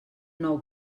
nou